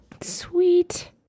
Sweet